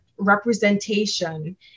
representation